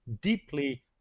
deeply